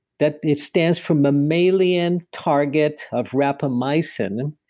that it stands for mammalian target of rapamycin,